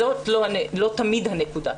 זאת לא תמיד הנקודה.